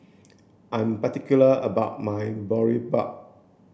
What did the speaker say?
I'm particular about my Boribap